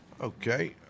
Okay